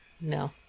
no